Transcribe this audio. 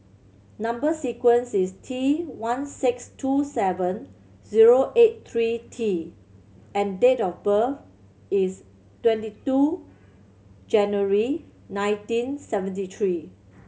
number sequence is T one six two seven zero eight three T and date of birth is twenty two January nineteen seventy three